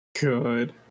Good